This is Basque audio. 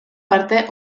parte